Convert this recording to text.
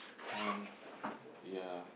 um yeah